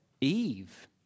Eve